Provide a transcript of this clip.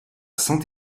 saint